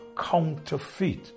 counterfeit